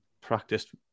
practiced